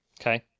okay